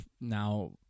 now